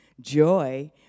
Joy